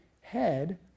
head